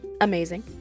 amazing